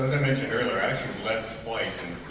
i mentioned earlier i actually left twice and